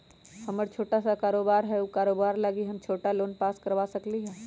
हमर छोटा सा कारोबार है उ कारोबार लागी हम छोटा लोन पास करवा सकली ह?